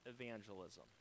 evangelism